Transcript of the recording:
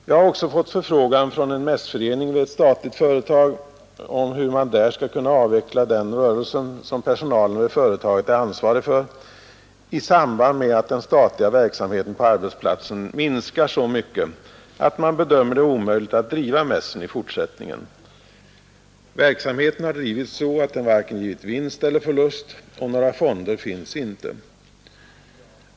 Jag har vidare fått en förfrågan från en mässförening vid ett statligt företag om hur man där skall kunna avveckla den rörelse som personalen vid företaget är ansvarig för i samband med att verksamheten på arbetsplatsen minskar så mycket att man bedömer det omöjligt att driva mässen i fortsättningen. Mässrörelsen har drivits så att den givit varken vinst eller förlust, och några fonder finns inte.